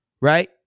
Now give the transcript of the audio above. right